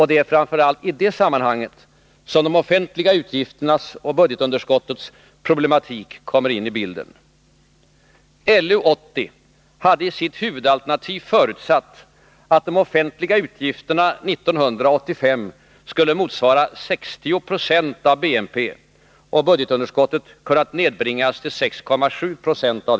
Det är framför allt i det sammanhanget som de offentliga utgifternas och budgetunderskottets problematik kommer in i bilden. LU 80 hade i sitt huvudalternativ förutsatt, att de offentliga utgifterna 1985 skulle motsvara 60 26 av BNP och budgetunderskottet ha kunnat nedbringas till 6,7 26 därav.